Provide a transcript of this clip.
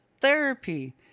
therapy